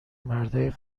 مردای